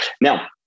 Now